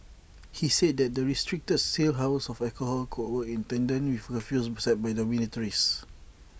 he said that the restricted sale hours of alcohol could work in tandem with curfews set by dormitories